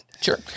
Sure